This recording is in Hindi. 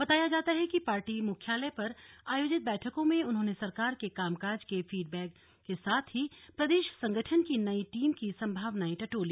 बताया जाता है कि पार्टी मुख्यालय पर आयोजित बैठकों में उन्होंने सरकार के कामकाज के फीड बैक के साथ ही प्रदेश संगठन की नई टीम की संभावनाएं टटोली